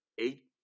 eight